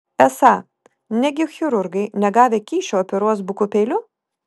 esą negi chirurgai negavę kyšio operuos buku peiliu